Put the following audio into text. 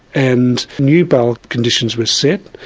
and new bail conditions were set,